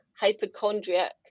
hypochondriac